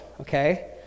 okay